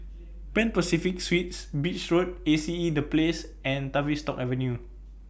Pan Pacific Suites Beach Road A C E The Place and Tavistock Avenue